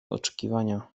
oczekiwania